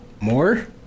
more